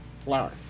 flour